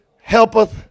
helpeth